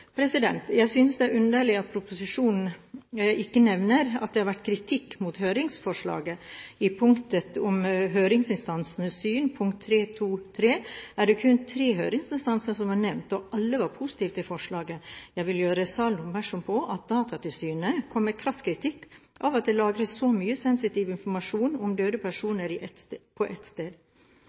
Jeg synes det er underlig at proposisjonen ikke nevner at det har vært kritikk mot høringsforslaget. I punktet om høringsinstansenes syn, punkt 3.2.3, er det kun tre høringsinstanser som er nevnt, og alle var positive til forslaget. Jeg vil gjøre salen oppmerksom på at Datatilsynet kom med krass kritikk av at det lagres så mye sensitiv informasjon om døde personer på ett sted. Jeg har ikke tid til å gå grundigere inn på